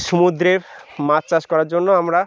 সমুদ্রের মাছ চাষ করার জন্য আমরা